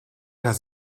does